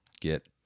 Get